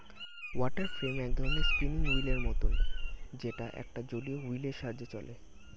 water frame এক ধরণের spinning wheel এর মতন যেটা একটা জলীয় হুইল এর সাহায্যে চলে